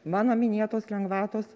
mano minėtos lengvatos